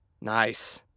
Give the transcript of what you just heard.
Nice